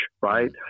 right